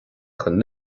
chun